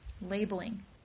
labeling